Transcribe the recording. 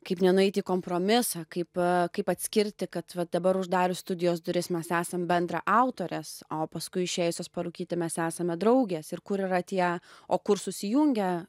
kaip nenueiti į kompromisą kaip kaip atskirti kad va dabar uždarius studijos duris mes esam bendraautorės o paskui išėjusios parūkyti mes esame draugės ir kur yra tie o kur susijungę